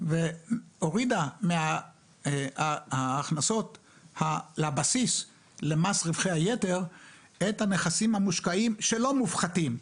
והורידה מההכנסות לבסיס למס רווחי היתר את הנכסים המושקעים שלא מופחתים.